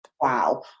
Wow